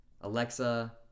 Alexa